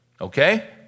Okay